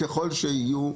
ככל שיהיו,